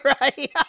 right